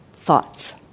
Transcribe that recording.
Thoughts